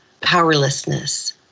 powerlessness